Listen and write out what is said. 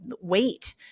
weight